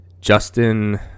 Justin